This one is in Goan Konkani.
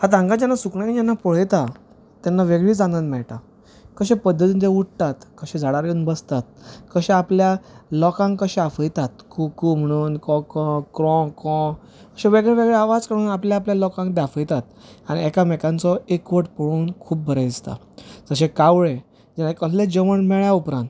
आतां हांगाच्यानच सुकणीं जेन्ना पळेता तेन्ना वेगळींच आनंद मेळटा कशें पद्दतीन ते उडटात कशें झाडार येवन बसतात कशें आपल्या लोकांक कशें आपयतात कु कु म्हणून को को क्रो क्रो अशें वेगळे वेगळें आवाज करून आपल्या आपल्या लोकांक ते आपयतात आनी एकामेकांचो एकवट पळोवन खूब बरें दिसता जशें कावळे तांकां कसले जेवण मेळ्ळे उपरांत